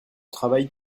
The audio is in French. travail